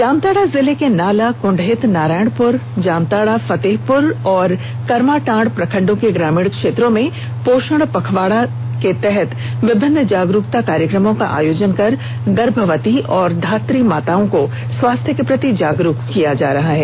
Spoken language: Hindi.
जामताड़ा जिले के नाला कुंडहित नारायणपुर जामताड़ा फतेहपुर एवं करमांटाड़ प्रखंडों के ग्रामीण क्षेत्रों में पोषण पखवाडा के तहत विभिन्न जागरूकता कार्यक्रमों का आयोजन कर गर्भवती एवं धात्री माताओं को स्वास्थ्य के प्रति जागरूक किया जा रहा है